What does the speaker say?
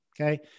Okay